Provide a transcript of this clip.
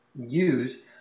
use